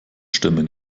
stimmen